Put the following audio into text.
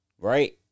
Right